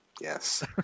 yes